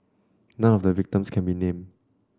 none of the victims can be named